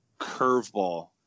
Curveball